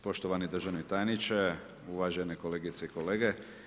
Poštovani državni tajniče, uvaženi kolegice i kolege.